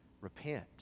repent